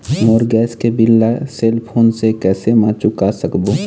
मोर gas के bill ला cell phone से कैसे म चुका सकबो?